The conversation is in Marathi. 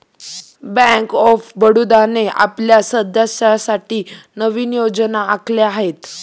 बँक ऑफ बडोदाने आपल्या सदस्यांसाठी नवीन योजना आखल्या आहेत